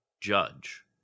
Judge